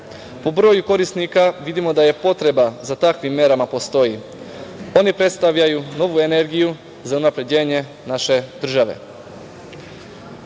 Po broju korisnika vidimo da potreba za takvim merama postoji. Oni predstavljaju novu energiju za unapređenje naše države. Prema